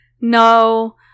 No